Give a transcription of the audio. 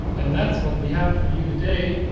and that's what we have for you today.